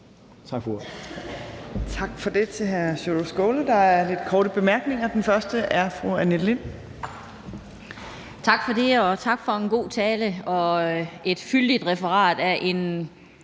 Tak for det til hr. Sjúrður Skaale. Der er lidt korte bemærkninger. Først er det fru Annette Lind. Kl. 22:03 Annette Lind (S): Tak for det, og tak for en god tale og et fyldigt referat af en